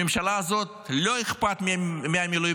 לממשלה הזאת לא אכפת מהמילואימניקים,